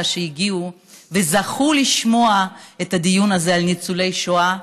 שהגיעו וזכו לשמוע את הדיון הזה על ניצולי שואה,